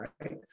right